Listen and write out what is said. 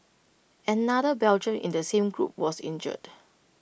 another Belgian in the same group was injured